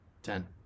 Ten